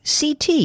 CT